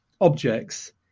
objects